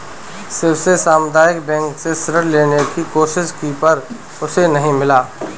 शिव ने सामुदायिक बैंक से ऋण लेने की कोशिश की पर उसे नही मिला